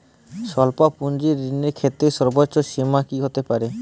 স্বল্প পুঁজির ঋণের ক্ষেত্রে সর্ব্বোচ্চ সীমা কী হতে পারে?